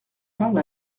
parle